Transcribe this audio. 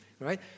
right